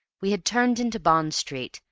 we had turned into bond street,